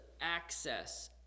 access